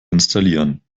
installieren